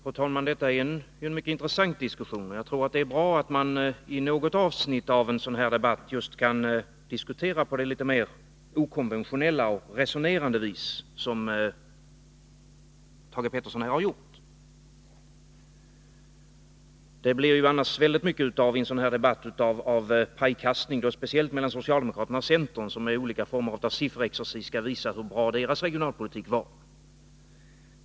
Fru talman! Detta är en mycket intressant diskussion. Jag tror att det är bra att man i något avsnitt av en sådan här debatt kan diskutera litet mer okonventionellt och resonerande, som Thage Peterson nu har gjort. Det blir ju annars i en debatt av detta slag mycket av pajkastning, speciellt mellan socialdemokraterna och centern, som med olika former av sifferexercis skall visa hur bra deras regionalpolitik var.